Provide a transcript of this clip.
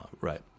right